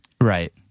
Right